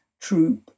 troop